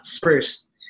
first